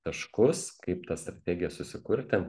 taškus kaip tą strategiją susikurti